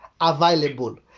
Available